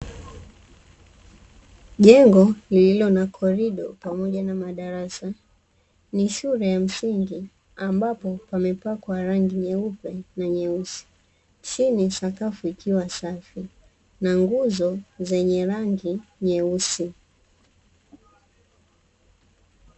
Jengo lililo na korido pamoja na madarasa, ni shule ya msingi ambapo pamepakwa rangi nyeupe na nyeusi, chini sakafu ikiwa safi na nguzo zenye rangi nyeusi.